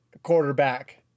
Quarterback